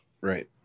right